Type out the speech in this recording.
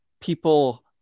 people